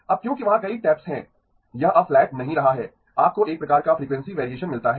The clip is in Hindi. अब क्योंकि वहाँ कई टैप्स हैं यह अब फ्लैट नहीं रहा है आपको एक प्रकार का फ्रीक्वेंसी वेरिएशन मिलता है